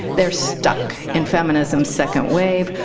they're stuck in feminism's second wave,